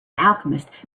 alchemist